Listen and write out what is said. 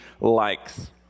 likes